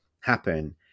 happen